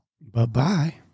Bye-bye